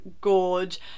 gorge